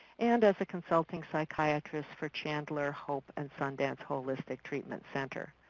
and as a consulting psychiatrist for chandler hope and sundance holistic treatment center.